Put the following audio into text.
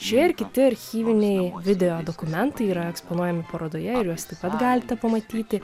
šie ir kiti archyviniai videodokumentai yra eksponuojami parodoje ir juos taip pat galite pamatyti